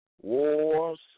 wars